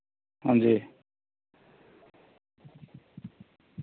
अंजी